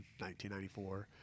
1994